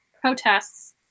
protests